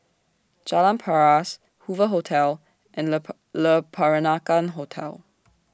Jalan Paras Hoover Hotel and Le Peranakan Hotel